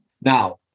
Now